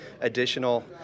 additional